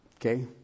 Okay